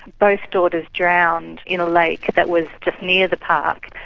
both daughters drowned in a lake that was just near the park.